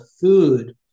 food